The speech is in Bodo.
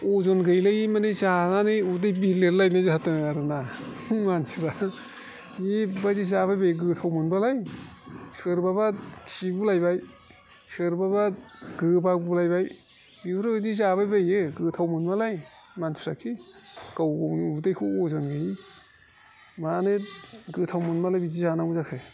अजन गैलायि माने जानानै उदै बिलिरलायनाय जादों आरोना मानसिफ्रा बेबायदि जाबायबायो गोथाव मोनबालाय सोरबाबा खिगुलायबाय सोरबाबा गोबागुलायबाय बेफोरबायदि जाबाय बायो गोथाव मोनबालाय मानसिफ्राखि गाव गावनि उदैखौ अजन गैयि मानो गोथाव मोनबालाय बिदि जानांगौ जाखो